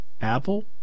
Apple